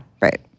Right